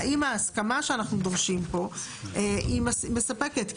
האם ההסכמה שאנחנו דורשים פה היא מספקת?